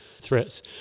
threats